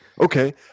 Okay